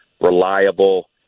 reliable